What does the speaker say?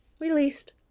released